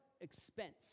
expense